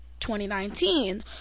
2019